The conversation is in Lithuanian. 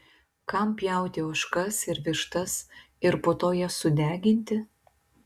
kam pjauti ožkas ir vištas ir po to jas sudeginti